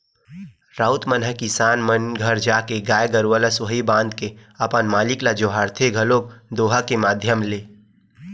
राउत मन ह किसान मन घर जाके गाय गरुवा ल सुहाई बांध के अपन मालिक ल जोहारथे घलोक दोहा के माधियम ले